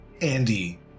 Andy